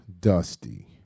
Dusty